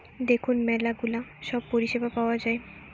দেখুন ম্যালা গুলা সব পরিষেবা পাওয়া যায়